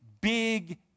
big